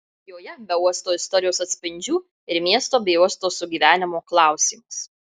joje be uosto istorijos atspindžių ir miesto bei uosto sugyvenimo klausimas